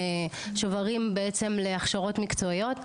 שוברים בעצם להכשרות מקצועיות,